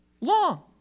long